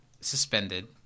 suspended